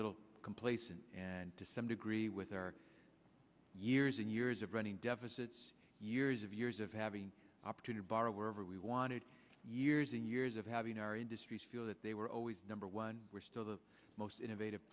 little complacent and to some degree with our years and years of running deficits years of years of having opportunity borrow wherever we wanted years and years of having our industries feel that they were always number one we're still the most innovative